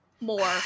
more